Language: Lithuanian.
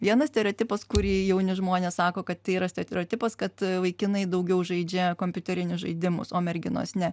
vienas stereotipas kurį jauni žmonės sako kad tai yra stereotipas kad vaikinai daugiau žaidžia kompiuterinius žaidimus o merginos ne